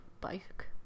bike